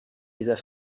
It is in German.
dieser